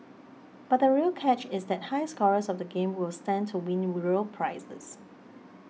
but the real catch is that high scorers of the game will stand to win real prizes